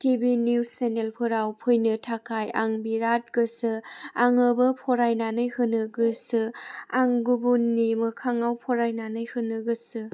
TV news चेनेलफोराव फैनो थाखाय आं बिराद गोसो आंबो फरायनानै होनो गोसो आं गुबुननि मोखाङाव फरायनानै होनो गोसो